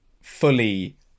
fully